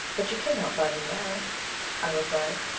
but you cannot buy me now i replied,